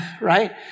right